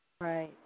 Right